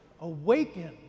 awaken